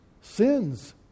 sins